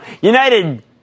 United